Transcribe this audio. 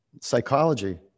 psychology